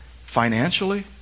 financially